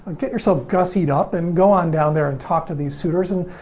get yourself gussied up, and go on down there and talk to these suitors. and,